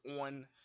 on